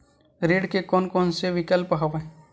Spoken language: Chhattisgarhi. ऋण के कोन कोन से विकल्प हवय?